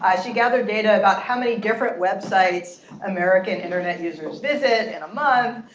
she gathered data about how many different websites american internet users visit in a month.